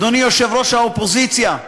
אדוני יושב-ראש האופוזיציה,